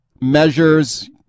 measures